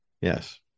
yes